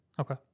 Okay